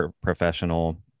professional